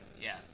Yes